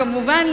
כמובן,